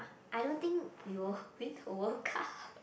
I don't think we will win the World Cup